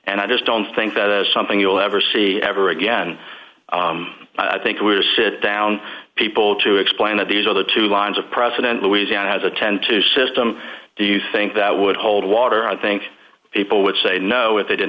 and i just don't think that is something you'll ever see ever again i think we are sit down people to explain that these are the two lines of president louisiana has a ten to system do you think that would hold water i think people would say no if they did